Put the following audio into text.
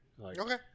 Okay